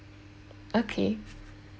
okay